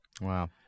Wow